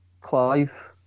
Clive